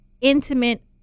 intimate